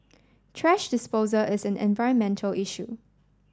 thrash disposal is an environmental issue